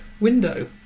window